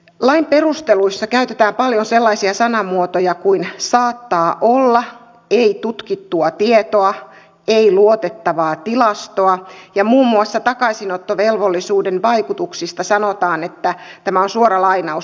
lain perusteluissa käytetään paljon sellaisia sanamuotoja kuin saattaa olla ei tutkittua tietoa ei luotettavaa tilastoa ja muun muassa takaisinottovelvollisuuden vaikutuksista sanotaan tämä on suora lainaus